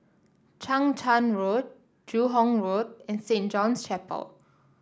Chang Charn Road Joo Hong Road and Saint John's Chapel